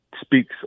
speaks